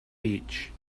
beach